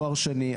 תואר שני,